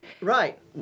Right